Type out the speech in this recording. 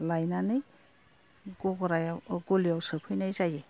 लायनानै गलियाव सोफैनाय जायो